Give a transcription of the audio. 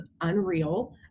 unreal